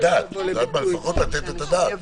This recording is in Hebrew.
לפחות לתת את הדעת.